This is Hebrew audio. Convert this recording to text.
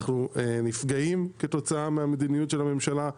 אנחנו נפגעים כתוצאה ממדיניות הממשלה.